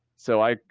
so i,